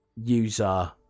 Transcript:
user